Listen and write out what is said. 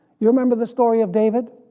you remember the story of david?